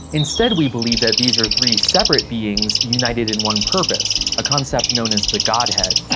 instead, we believe that these are three separate beings united in one purpose, a concept known as the godhead.